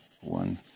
one